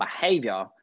behavior